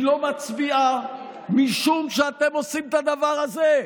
היא לא מצביעה משום שאתם עושים את הדבר הזה.